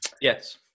Yes